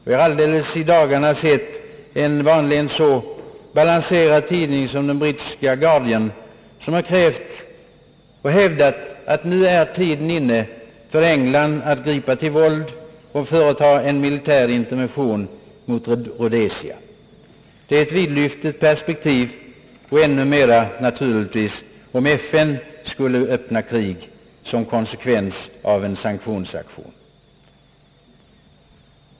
I dagarna har vi också sett hur en vanligen så balanserad tidning som den brittiska The Guardian hävdat att tiden nu är inne för England att gripa till våld mot Rhodesia och att företa en militär intervention mot Rhodesia. Perspektivet är vidlyftigt— och vore det naturligtvis i än högre grad om FN skulle öppna krig som konsekvens av en sanktionsaktion.